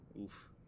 Oof